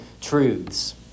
truths